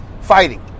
fighting